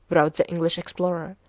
wrote the english explorer,